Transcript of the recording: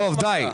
די.